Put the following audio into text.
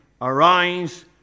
Arise